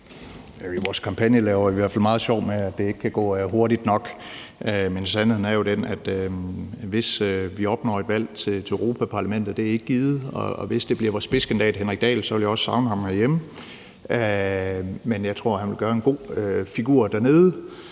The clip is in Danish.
Vores kampagne laver i hvert fald meget sjov med, at det ikke kan gå hurtigt nok. Men sandheden er jo den, at hvis vi opnår et valg til Europa-Parlamentet – det er ikke givet – og hvis det bliver vores spidskandidat, Henrik Dahl, vil jeg også savne ham herhjemme, men jeg tror, han vil gøre en god figur dernede.